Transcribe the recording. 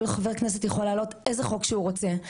כל חבר כנסת יכול להעלות איזה חוק שהוא רוצה.